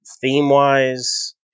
theme-wise